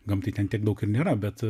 gamtai ten tiek daug ir nėra bet